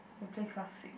can play classic